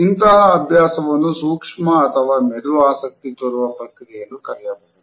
ಇಂತಹ ಅಭ್ಯಾಸವನ್ನು ಸೂಕ್ಷ್ಮ ಅಥವಾ ಮೆದು ಆಸಕ್ತಿ ತೋರುವ ಪ್ರಕ್ರಿಯೆ ಎಂದು ಕರೆಯಬಹುದು